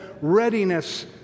readiness